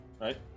Right